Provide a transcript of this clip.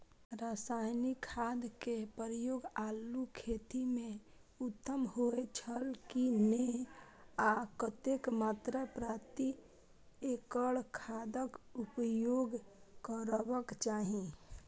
रासायनिक खाद के प्रयोग आलू खेती में उत्तम होय छल की नेय आ कतेक मात्रा प्रति एकड़ खादक उपयोग करबाक चाहि?